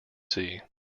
sea